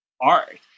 art